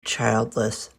childless